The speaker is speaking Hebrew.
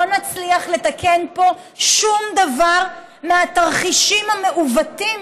נצליח לתקן פה שום דבר מהתרחישים המעוותים